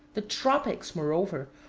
the tropics, moreover,